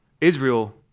Israel